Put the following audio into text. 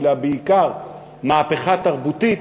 אלא בעיקר מהפכת תרבותית,